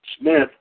Smith